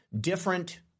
different